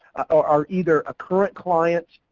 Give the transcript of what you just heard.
are are either a current client,